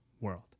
world